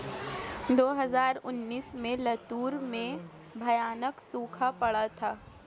दो हज़ार उन्नीस में लातूर में भयानक सूखा पड़ा था